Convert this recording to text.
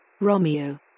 Romeo